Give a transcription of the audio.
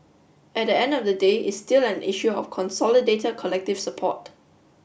at the end of the day it's still an issue of consolidated collective support